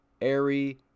airy